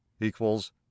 equals